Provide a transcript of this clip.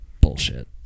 Bullshit